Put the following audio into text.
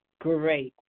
Great